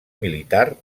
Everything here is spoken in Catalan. militar